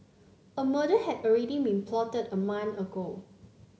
a murder had already been plotted a month ago